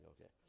okay